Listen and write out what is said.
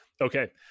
Okay